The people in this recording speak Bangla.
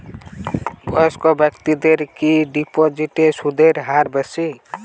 বয়স্ক ব্যেক্তিদের কি ডিপোজিটে সুদের হার বেশি?